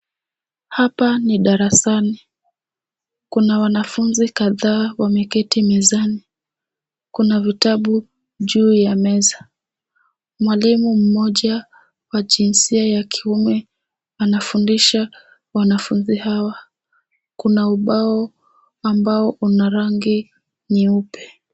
Hapa ni darasani. Kuna wanafunzi kadhaa wameketi mezani. Kuna vitabu juu ya meza. Mwalimu mmoja wa jinsia ya kiume anafundisha wanafunzi hawa kuna ubao ambao una rangi nyeupe.